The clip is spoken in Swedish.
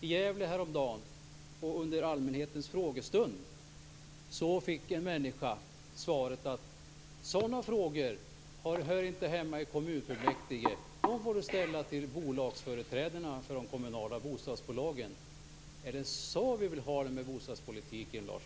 I Gävle härom dagen under allmänhetens frågestund fick en människa svaret: Sådana frågor hör inte hemma i kommunfullmäktige. De får du ställa till företrädarna för de kommunala bostadsbolagen. Är det så vi vill ha det med bostadspolitiken, Lars